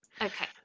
okay